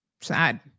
Sad